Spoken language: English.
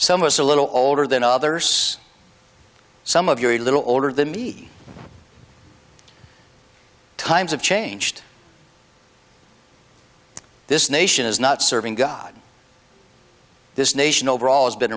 some us a little older than others some of your a little older than me times have changed this nation is not serving god this nation overall has been